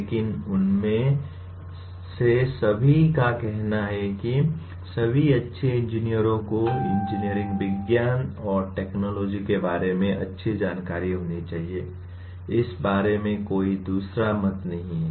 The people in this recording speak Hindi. लेकिन उनमें से सभी का कहना है कि सभी अच्छे इंजीनियरों को इंजीनियरिंग विज्ञान और टेक्नोलॉजी के बारे में अच्छी जानकारी होनी चाहिए इस बारे में कोई दूसरा मत नहीं है